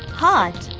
hot